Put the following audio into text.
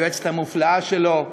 ליועצת המופלאה שלו,